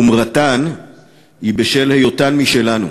חומרתן היא בשל היותן משלנו.